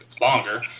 longer